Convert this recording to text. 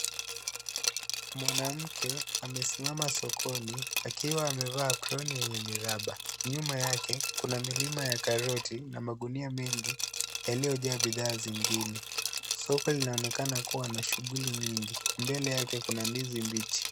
Mwanamke amesimama sokoni akiwa amevaa aproni yenye miraba. Nyuma yake, kuna milima ya karoti na mangunia mengi yaliyojaa bidhaa zingine. Soko linaonekana kuwa na shughuli nyingi. Mbele yake kuna ndizi mbichi.